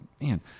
man